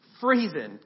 freezing